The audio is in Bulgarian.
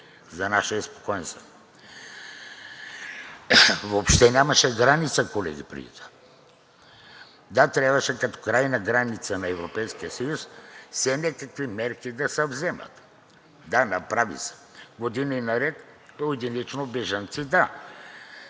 за нашия спокоен сън. Въобще нямаше граница, колеги, преди това. Да, трябваше като крайна граница на Европейския съюз все някакви мерки да се вземат. Да, направи се. Години наред поединично бежанци – да.